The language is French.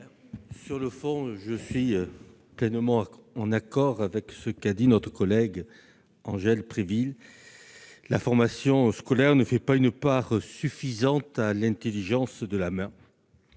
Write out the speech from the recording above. Sur le fond, je suis pleinement d'accord avec Angèle Préville : la formation scolaire ne fait pas une part suffisante à l'intelligence de la main.